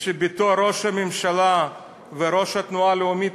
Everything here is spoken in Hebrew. שבתור ראש הממשלה וראש התנועה הלאומית